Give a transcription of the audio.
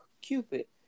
Cupid